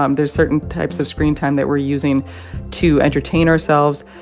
um there's certain types of screen time that we're using to entertain ourselves,